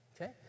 Okay